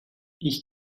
ich